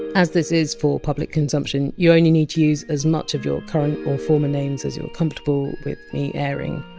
as this is for public consumption, you only need to use as much of your current or former names as you! re comfortable with me airing.